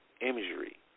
imagery